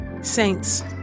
Saints